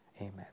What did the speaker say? amen